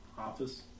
office